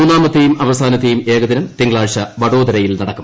മൂന്നാമത്തെയും അവസാനത്തെയും ഏക്ദിനം തിങ്കളാഴ്ച വഡോദരയിൽ നടക്കും